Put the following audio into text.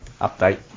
update